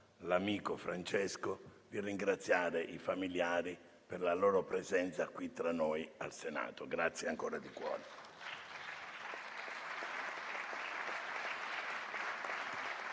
l'amico Francesco, di ringraziare i familiari per la loro presenza qui tra noi in Senato. Grazie ancora di cuore.